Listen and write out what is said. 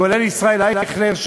כולל ישראל אייכלר,